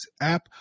app